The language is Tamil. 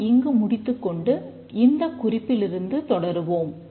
நாம் இங்கு முடித்துக்கொண்டு இந்தக் குறிப்பிலிருந்து தொடருவோம்